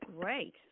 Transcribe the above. great